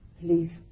Please